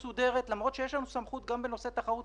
למרות שיש לנו סמכות גם בנושא תחרות,